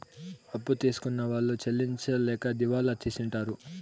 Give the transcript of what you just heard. అప్పు తీసుకున్న వాళ్ళు చెల్లించలేక దివాళా తీసింటారు